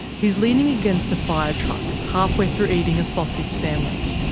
he's leaning against a fire truck, halfway through eating a sausage sandwich.